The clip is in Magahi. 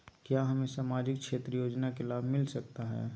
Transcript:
क्या हमें सामाजिक क्षेत्र योजना के लाभ मिलता सकता है?